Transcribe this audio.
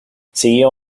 siguió